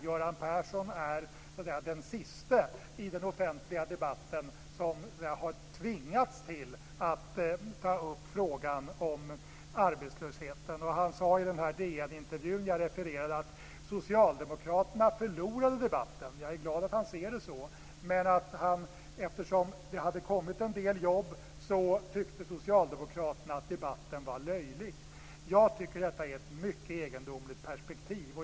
Göran Persson är den sista i den offentliga debatten som har tvingats till att ta upp frågan om arbetslösheten. Han sade i intervjun jag refererade att socialdemokraterna förlorade debatten. Jag är glad att han ser det så. Eftersom det hade kommit till en del jobb tyckte socialdemokraterna att debatten var löjlig. Jag tycker att detta är ett mycket egendomligt perspektiv.